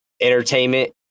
entertainment